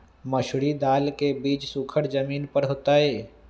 मसूरी दाल के बीज सुखर जमीन पर होतई?